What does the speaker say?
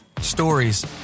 Stories